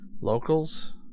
locals